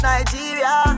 Nigeria